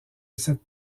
cette